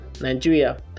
Nigeria